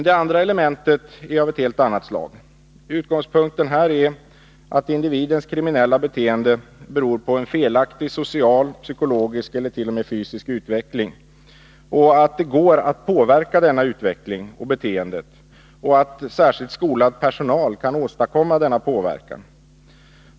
Det andra elementet är av ett helt annat slag. Utgångspunkten här är att individens kriminella beteende beror på en felaktig social, psykologisk eller t.o.m. fysisk utveckling, att det går att påverka denna utveckling och detta beteende och att särskilt skolad personal kan åstadkomma denna påverkan.